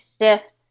shift